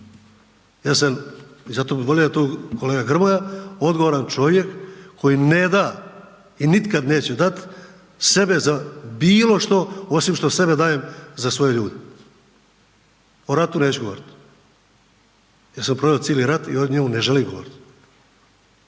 Ja sam i zato bi volio da je kolega Grmoja, odgovoran čovjek koji ne da i nikad neće dati sebe za bilo što osim što sebe dajem za svoje ljude. O ratu neću govoriti jer sam proveo cijeli rat i o njemu ne želim ovdje.